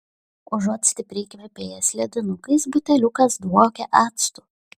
užuot stipriai kvepėjęs ledinukais buteliukas dvokė actu